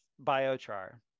biochar